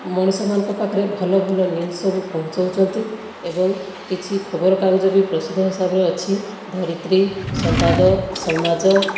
ମଣିଷମାନଙ୍କ ପାଖରେ ଭଲ ଭଲ ନ୍ୟୁଜ୍ ସବୁ ପହଞ୍ଚାଉଛନ୍ତି ଏବଂ କିଛି ଖବର କାଗଜ ବି ପ୍ରସିଦ୍ଧ ହିସାବରେ ଅଛି ଧରିତ୍ରୀ ସମ୍ବାଦ ସମାଜ